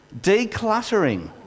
Decluttering